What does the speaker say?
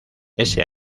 ese